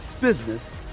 business